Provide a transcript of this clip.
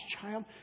child